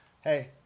Hey